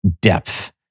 depth